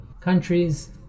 countries